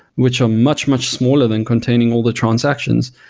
which are much, much smaller than containing all the transactions,